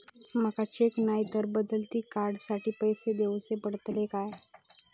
माका चेक नाय तर बदली कार्ड साठी पैसे दीवचे पडतले काय?